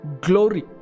glory